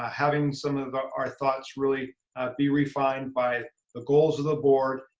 having some of of our thoughts really be refined by the goals of the board,